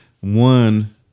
one